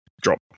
Drop